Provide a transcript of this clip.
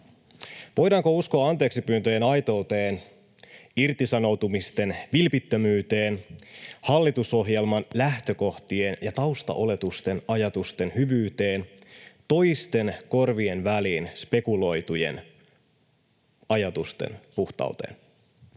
Voidaanko uskoa anteeksipyyntöjen aitouteen, irtisanoutumisten vilpittömyyteen, hallitusohjelman lähtökohtien ja taustaoletusten ajatusten hyvyyteen, toisten korvien väliin spekuloitujen ajatusten puhtauteen?